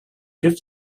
gift